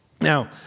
Now